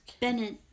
Bennett